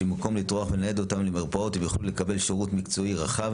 שבמקום לטרוח ולנייד אותם למרפאות הם יוכלו לקבל שירות מקצועי רחב